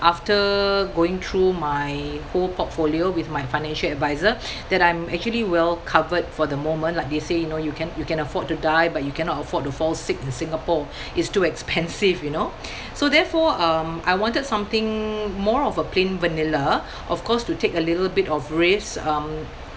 after going through my whole portfolio with my financial advisor that I'm actually well covered for the moment like they say you know you can you can afford to die but you cannot afford to fall sick in Singapore it's too expensive you know so therefore um I wanted something more of a plain vanilla of course to take a little bit of risk um